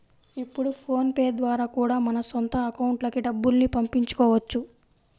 ఇప్పుడు PhonePe ద్వారా కూడా మన సొంత అకౌంట్లకి డబ్బుల్ని పంపించుకోవచ్చు